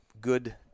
good